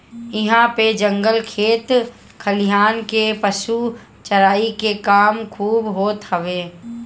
इहां पे जंगल खेत खलिहान में पशु चराई के काम खूब होत हवे